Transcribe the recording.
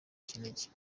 kinigi